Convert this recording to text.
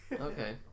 Okay